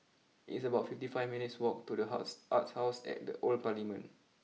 it's about fifty five minutes walk to the house Arts house at the Old Parliament